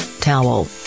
Towel